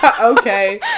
Okay